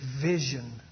vision